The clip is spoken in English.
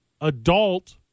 adult